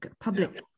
public